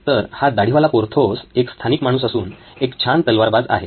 तर हा दाढीवाला 'पोर्थोस' एक स्थानिक माणूस असून एक छान तलवारबाज आहे